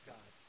God